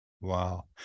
Wow